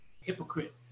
Hypocrite